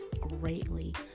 greatly